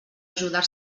ajudar